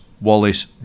Wallace